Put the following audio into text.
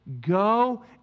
Go